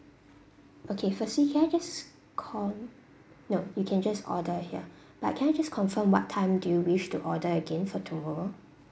okay firstly can I just con~ no you can just order here but can I just confirm what time do you wish to order again for tomorrow